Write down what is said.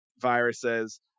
viruses